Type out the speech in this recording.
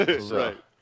Right